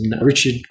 Richard